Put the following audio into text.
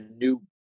new